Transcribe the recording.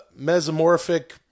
Mesomorphic